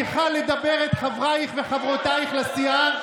מכריחה את חברייך וחברותייך לסיעה לדבר?